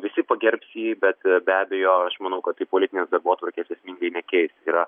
visi pagerbs jį bet be abejo aš manau kad politinės darbotvarkės esmingai nekeis yra